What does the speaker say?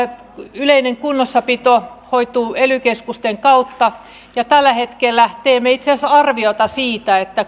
yleinen kunnossapito hoituu ely keskusten kautta tällä hetkellä teemme itse asiassa arviota siitä